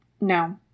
No